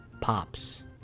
pops